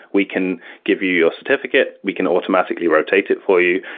we can give you your certificate. we can automatically rotate it for you.